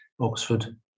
Oxford